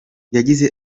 yagize